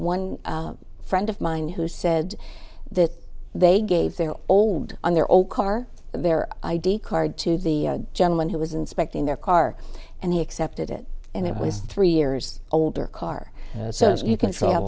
one friend of mine who said that they gave their old on their old car their id card to the gentleman who was inspecting their car and he accepted it and it was three years older car so you can